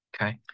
Okay